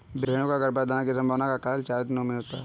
भेंड़ों का गर्भाधान की संभावना का काल चार दिनों का होता है